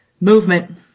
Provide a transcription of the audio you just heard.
Movement